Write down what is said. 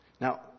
Now